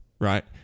right